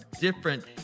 different